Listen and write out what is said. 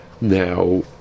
Now